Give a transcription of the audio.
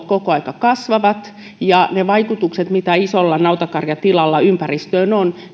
koko ajan kasvavat ja ne vaikutukset joita isolla nautakarjatilalla ympäristöön on